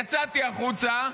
יצאתי החוצה,